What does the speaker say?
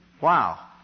Wow